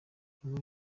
inkuru